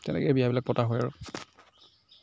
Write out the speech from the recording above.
তেনেকেই বিয়াবিলাক পতা হয় আৰু